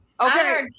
Okay